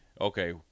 okay